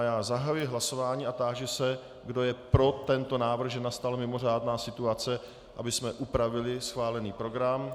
To znamená, zahajuji hlasování a táži se, kdo je pro tento návrh, že nastala mimořádná situace, abychom upravili schválený program.